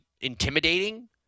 intimidating